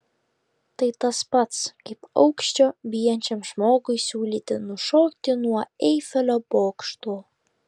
tai tas pats kaip aukščio bijančiam žmogui siūlyti nušokti nuo eifelio bokšto